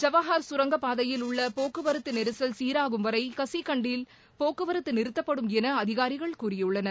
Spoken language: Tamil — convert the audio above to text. ஜவாஹர் சுரங்கப்பாதையில் உள்ள போக்குவரத்து நெரிசல் சீராகும் வரை கசிகண்டில் போக்குவரத்து நிறுத்தப்படும் என அதிகாரிகள் கூறியுள்ளனர்